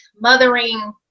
mothering